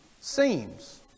seems